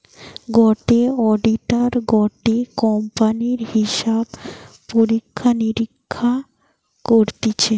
গটে অডিটার গটে কোম্পানির হিসাব পরীক্ষা নিরীক্ষা করতিছে